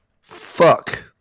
Fuck